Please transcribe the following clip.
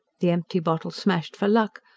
the empty bottle smashed for luck,